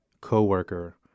co-worker